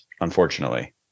unfortunately